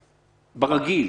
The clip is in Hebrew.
ברגיל,